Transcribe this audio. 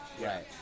Right